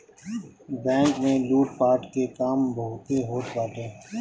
bank में लूटपाट के काम बहुते होत बाटे